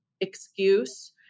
excuse